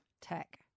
Tech